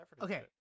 Okay